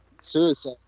Suicide